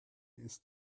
ist